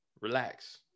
Relax